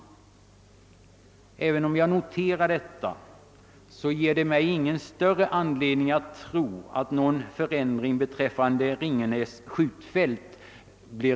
Men detta ger mig ingen större anledning att tro på någon ändring beträffande Ringenäs skjutfält.